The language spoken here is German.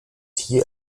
hier